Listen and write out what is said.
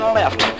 left